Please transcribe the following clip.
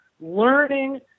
learning